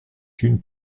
une